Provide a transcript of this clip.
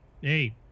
hey